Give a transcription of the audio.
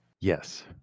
Yes